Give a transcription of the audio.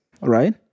right